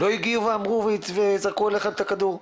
לא הגיעו ואמרו וזרקו אליך את הכדור.